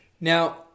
Now